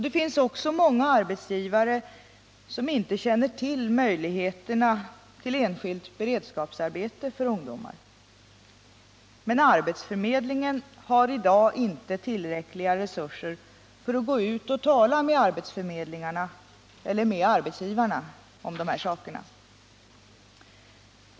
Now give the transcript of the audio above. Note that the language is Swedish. Det finns också många arbetsgivare som inte känner till möjligheterna till enskilt beredskapsarbete för ungdomar. Men arbetsförmedlingen har i dag inte tillräckliga resurser för att gå ut och tala med arbetsgivarna om de här sakerna.